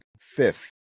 fifth